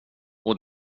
och